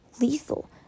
lethal